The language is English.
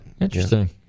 Interesting